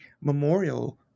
Memorial